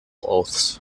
oaths